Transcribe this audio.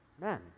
men